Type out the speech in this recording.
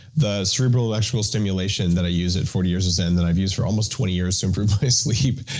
the cerebral electrical stimulation that i use at forty years of zen that i've used for almost twenty years to improve my sleep,